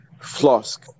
Flosk